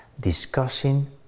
discussing